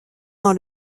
dans